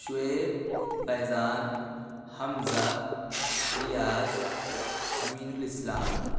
شعیب فیضان حمزہ ریاض امین الاسلام